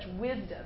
wisdom